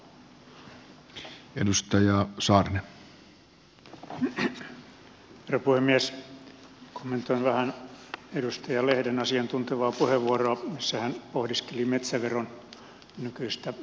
kommentoin vähän edustaja lehden asiantuntevaa puheenvuoroa jossa hän pohdiskeli metsäveron nykyistä tilannetta